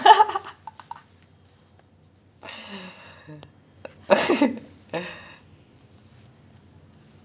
!wah! eh tamil படோனா வேற:padonaa vera league lah like oh நீ:nee first uh ரொம்ப:romba important ஆன:aana question தல:thala fan ah தளபதி:thalapathi fan ah